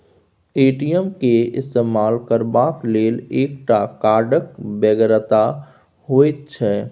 ATM केर इस्तेमाल करबाक लेल एकटा कार्डक बेगरता होइत छै